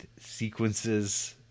sequences